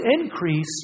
increase